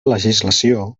legislació